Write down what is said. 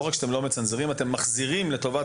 לא רק שאתם לא מצנזרים אלא שאתם מחזירים לטובת